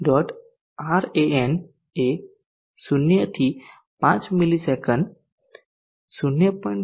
ran એ 0 થી 5ms 0